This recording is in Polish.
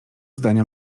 zdania